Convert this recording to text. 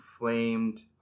inflamed